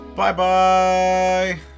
Bye-bye